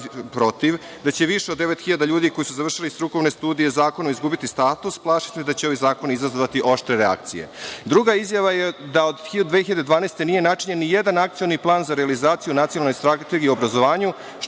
da će više od 9.000 ljudi koji su završili strukovne studije zakonom izgubiti status, plašim se da će ovi zakoni izazvati oštre reakcije. Druga izjava je da od 2012. godine nije načinjen nijedan akcioni plan za realizaciju Nacionalne strategije o obrazovanju,